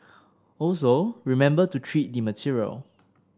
also remember to treat the material